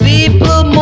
People